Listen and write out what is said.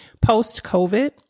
post-COVID